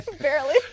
Barely